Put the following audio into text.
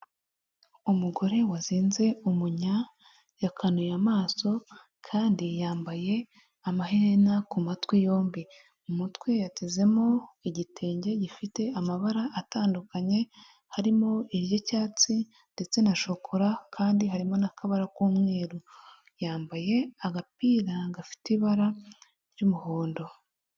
Umugore wazinze umunya, yakanuye amaso, kandi yambaye amaherena ku matwi yombi, mu umutwe yatezemo igitenge gifite amabara atandukanye, harimo iry'icyatsi ndetse na shokora kandi harimo n'akabara k'umweru yambaye agapira gafite ibara ry'umuhondo.